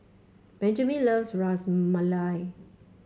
Benjamen loves Ras Malai